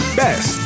best